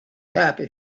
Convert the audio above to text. happy